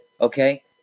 Okay